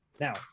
Now